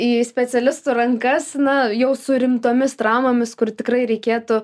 į specialistų rankas na jau su rimtomis traumomis kur tikrai reikėtų